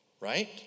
right